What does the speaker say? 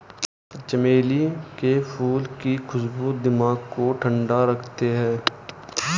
चमेली के फूल की खुशबू दिमाग को ठंडा रखते हैं